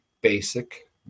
basic